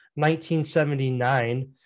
1979